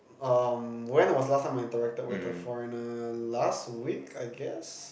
um when was the last time I interacted with a foreigner last week I guess